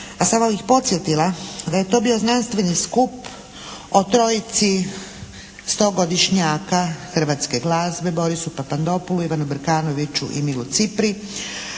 a samo bih podsjetila da je to bio znanstveni skup o trojici stogodišnjaka hrvatske glazbe Borisu Papandopulu, Ivanu Brkanoviću i Milu Cipri,